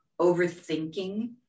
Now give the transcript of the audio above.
overthinking